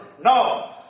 No